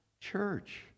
church